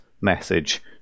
message